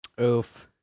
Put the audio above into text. Oof